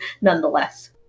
nonetheless